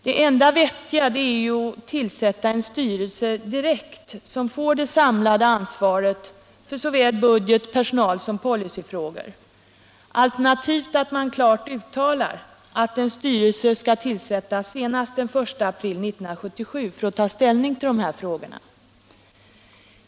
Det enda vettiga är att direkt tillsätta en styrelse som får det samlade ansvaret för såväl budget och personal som policyfrågor, alternativt att riksdagen klart uttalar att en styrelse skall tillsättas senast den 1 april 1977 för att ta ställning till dessa frågor.